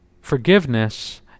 Forgiveness